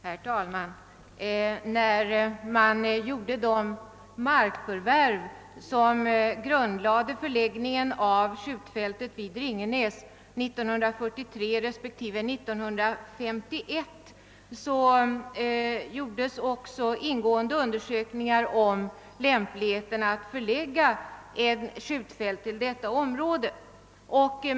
Herr talman! När man gjorde markförvärven för skjutfältet vid Ringenäs 1943 och 1951 gjorde man också ingående undersökningar om lämpligheten av att förlägga ett skjutfält till detta område.